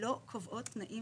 לא קובעות תנאים